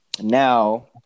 Now